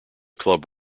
club